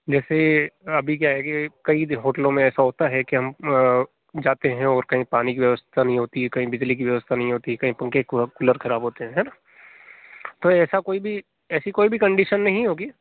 जैसे अभी क्या है कई होटलों में ऐसा होता है कि हम जाते हैं कहीं पानी की व्यवस्था नहीं होती कहीं बिजली की व्यवस्था नहीं होती कहीं पंखे कूलर खराब होते हैं है ना तो ऐसा कोई भी ऐसी कोई भी कन्डीशन नहीं होगी